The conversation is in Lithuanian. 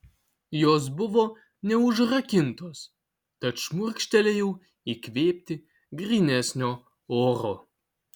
jos buvo neužrakintos tad šmurkštelėjau įkvėpti grynesnio oro